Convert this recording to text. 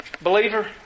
Believer